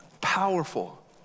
powerful